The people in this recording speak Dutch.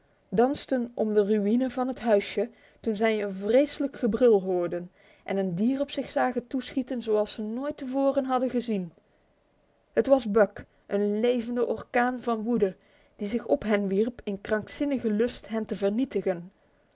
dansten om de ruïne van het huisje toen zij een vreselijk gebrul hoorden en een dier op zich zagen toeschieten zoals ze nooit te voren hadden gezien het was buck een levende orkaan van woede die zich op hen wierp in krankzinnige lust hen te vernietigen